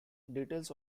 details